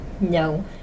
no